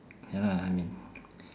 ya lah I mean